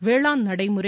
வேளாண் நடைமுறை